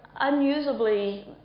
unusably